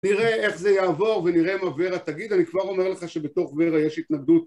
נראה איך זה יעבור ונראה מה ורה תגיד, אני כבר אומר לך שבתוך ורה יש התנגדות.